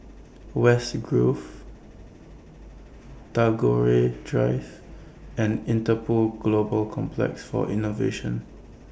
West Grove Tagore Drive and Interpol Global Complex For Innovation